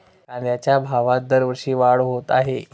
कांद्याच्या भावात दरवर्षी वाढ होत आहे